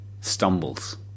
stumbles